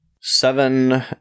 Seven